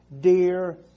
dear